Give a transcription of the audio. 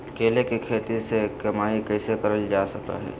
केले के खेती से कमाई कैसे कर सकय हयय?